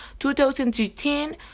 2013